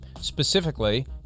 Specifically